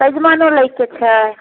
सैजमनिओ लैके छै